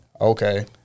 okay